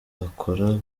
hakora